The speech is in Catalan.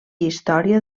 història